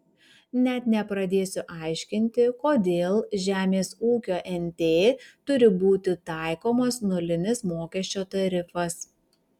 net nepradėsiu aiškinti kodėl žemės ūkio nt turi būti taikomas nulinis mokesčio tarifas